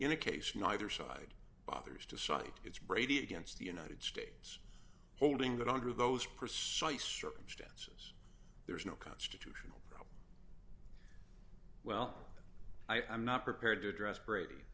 in a case neither side bothers to cite its brady against the united states holding that under those precise circumstances there is no constitutional well i'm not prepared to address brady